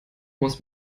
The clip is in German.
muss